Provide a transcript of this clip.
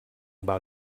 about